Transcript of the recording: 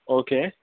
okay